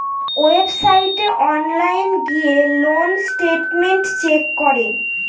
ওয়েবসাইটে অনলাইন গিয়ে loan statement check করে